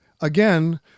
Again